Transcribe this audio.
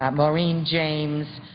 um maureen james,